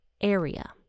area